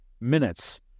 minutes